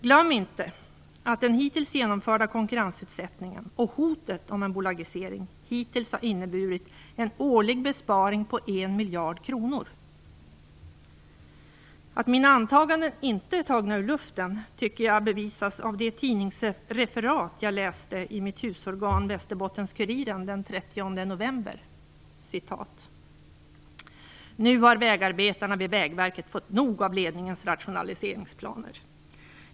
Glöm inte att den hittills genomförda konkurrensutsättningen och hotet om en bolagisering har inneburit en årlig besparing på 1 Att mina antaganden inte är tagna ur luften tycker jag bevisas av det tidningsreferat jag läste i mitt husorgan, Västerbottens-Kuriren den 30 november: "Nu har vägarbetarna vid Vägverket fått nog av ledningens rationaliseringsplaner.